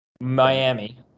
Miami